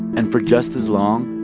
and for just as long,